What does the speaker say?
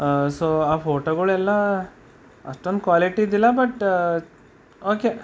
so ಆ ಫೋಟೋಗಳೆಲ್ಲ ಅಷ್ಟೊಂದು ಕ್ವಾಲಿಟಿ ಇದ್ದಿಲ್ಲ ಬಟ್ ಓಕೆ